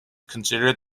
considered